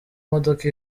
modoka